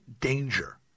danger